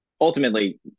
ultimately